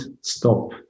stop